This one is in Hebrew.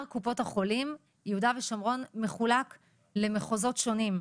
קופות החולים יהודה ושומרון מחולק למחוזות שונים.